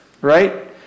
Right